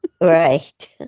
Right